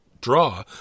draw